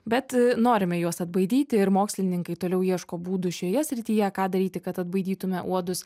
bet norime juos atbaidyti ir mokslininkai toliau ieško būdų šioje srityje ką daryti kad atbaidytume uodus